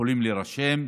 יכולים להירשם.